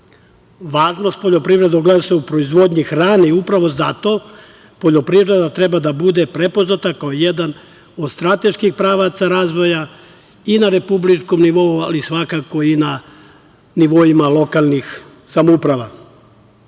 Važnost poljoprivrede ogleda se u proizvodnji hrane i upravo zato, poljoprivreda treba da bude prepoznata kao jedan od strateških pravaca razvoja i na republičkom nivou, ali svakako i na nivoima lokalnih samouprava. Potreba